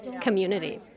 community